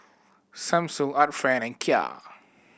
Samsung Art Friend and Kia